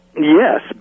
Yes